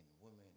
women